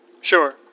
Sure